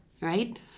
right